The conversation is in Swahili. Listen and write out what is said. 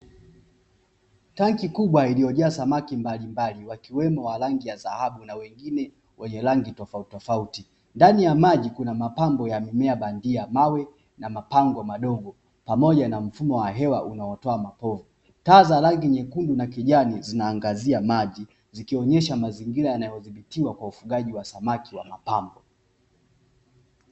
Tanki kubwa lililojaa samaki mbalimbali wakiwemo wa rangi ya dhahabu na wengine wenye rangi tofauti tofauti, ndani ya maji kuna mapambo ya mimea bandia, mawe na mapango madogo pamoja na mfumo wa hewa unaotoa mapovu, taa za rangi nyekundu na kijani zinaangazia maji zikionyesha mazingira yanayodhibitiwa kwa ufugaji wa samaki wa mapambo.